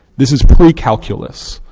this is pre-calculus.